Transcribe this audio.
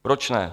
Proč ne?